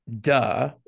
duh